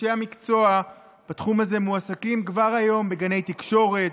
אנשי המקצוע בתחום הזה מועסקים כבר היום בגני תקשורת,